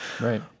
Right